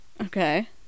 Okay